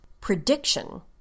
prediction